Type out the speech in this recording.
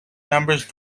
numbers